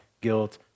guilt